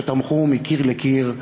שתמכו מקיר לקיר,